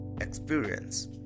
experience